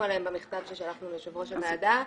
עליהם במכתב ששלחנו ליושב ראש הוועדה,